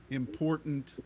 important